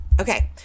Okay